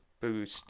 boost